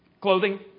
clothing